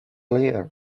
year